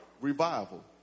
revival